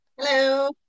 hello